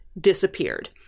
disappeared